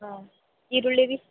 ಹಾಂ ಈರುಳ್ಳಿ ರೀ